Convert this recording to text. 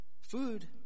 Food